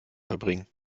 verbringen